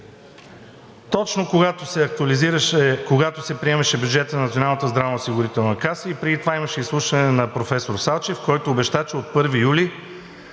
Точно когато се приемаше бюджетът на Националната здравноосигурителна каса – преди това имаше изслушване на професор Салчев, който обеща, че от 1 юли